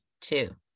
two